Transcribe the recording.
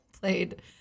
played